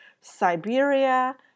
Siberia